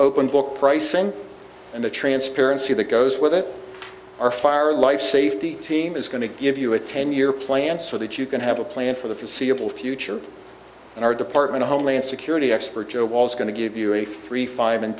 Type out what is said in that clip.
open book pricing and the transparency that goes with it our fire life safety team is going to give you a ten year plan so that you can have a plan for the forseeable future and our department of homeland security expert joe was going to give you a three five and